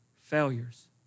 failures